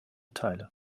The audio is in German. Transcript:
teile